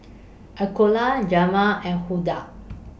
Jamel and Huldah